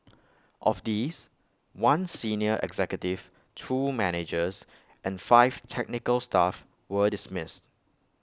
of these one senior executive two managers and five technical staff were dismissed